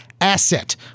asset